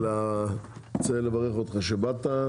אני רוצה לברך אותך שבאת,